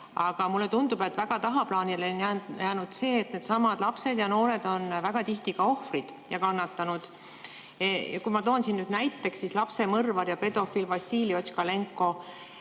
Aga mulle tundub, et väga tahaplaanile on jäänud see, et needsamad lapsed ja noored on väga tihti ka ohvrid ja kannatanud. Ma toon siin näiteks lapsemõrvari ja pedofiili Vassili Otškalenko